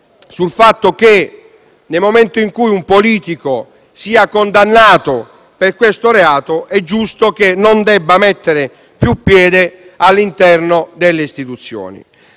sul fatto che, nel momento in cui un politico è condannato per questo reato, non debba mettere più piede all'interno delle istituzioni.